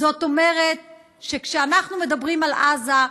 ענת ברקו (הליכוד): זאת אומרת שכשאנחנו מדברים על עזה,